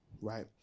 right